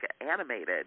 animated